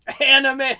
anime